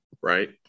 Right